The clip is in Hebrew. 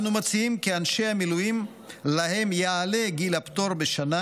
אנו מציעים כי אנשי המילואים שלהם יעלה גיל הפטור בשנה